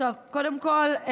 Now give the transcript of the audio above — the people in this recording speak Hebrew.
קודם כול,